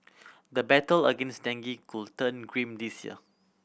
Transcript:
the battle against dengue could turn grim this year